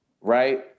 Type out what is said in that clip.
right